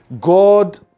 God